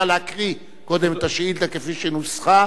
נא להקריא קודם את השאילתא כפי שנוסחה,